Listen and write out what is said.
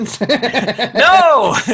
No